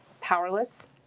powerless